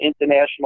international